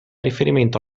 riferimento